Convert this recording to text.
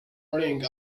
ring